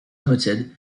limited